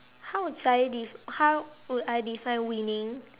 how would I def~ how would I define winning